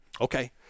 Okay